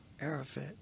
Arafat